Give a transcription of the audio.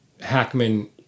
Hackman